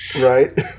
Right